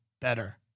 Better